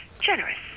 generous